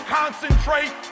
concentrate